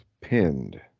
pinned